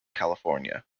california